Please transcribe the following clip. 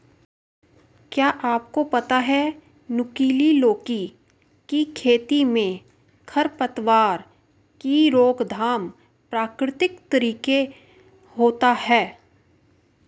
क्या आपको पता है नुकीली लौकी की खेती में खरपतवार की रोकथाम प्रकृतिक तरीके होता है?